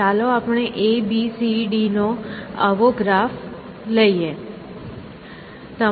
ચાલો આપણે A B C D નો આવો ગ્રાફ લઈએ છીએ